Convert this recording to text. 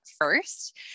first